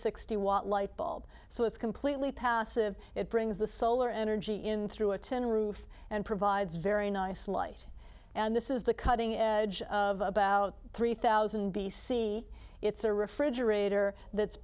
watt light bulb so it's completely passive it brings the solar energy in through a tin roof and provides very nice light and this is the cutting edge of about three thousand b c it's a refrigerator that's